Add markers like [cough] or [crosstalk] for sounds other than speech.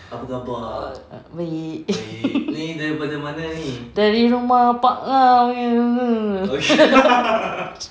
baik [laughs] dari rumah pak ngah punya [laughs]